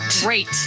Great